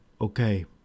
okay